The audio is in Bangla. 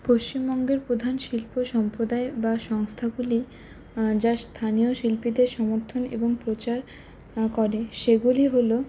পশ্চিমবঙ্গের প্রধান শিল্প সম্প্রদায় বা সংস্থাগুলি যা স্থানীয় শিল্পীদের সমর্থন এবং প্রচার করে সেগুলি হল